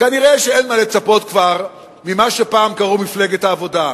כנראה אין מה לצפות כבר ממה שפעם קראו לה מפלגת העבודה.